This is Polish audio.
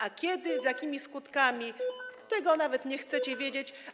A kiedy, z jakimi skutkami - tego nawet nie chcecie wiedzieć.